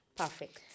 perfect